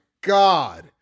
God